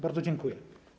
Bardzo dziękuję.